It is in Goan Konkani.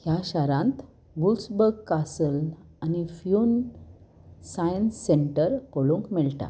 ह्या शारांत बुल्सबर्ग कासल आनी फ्युन सायन्स सेंटर पळोवंक मेळटा